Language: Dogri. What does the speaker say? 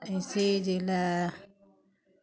इस्सी जेल्लै